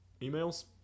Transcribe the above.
Emails